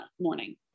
morning